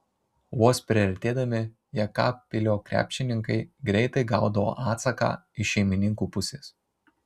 vos priartėdami jekabpilio krepšininkai greitai gaudavo atsaką iš šeimininkų pusės